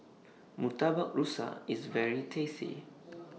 Murtabak Rusa IS very tasty